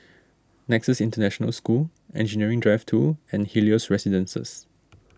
Nexus International School Engineering Drive two and Helios Residences